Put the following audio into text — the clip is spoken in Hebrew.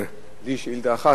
לי יש שאילתא אחת.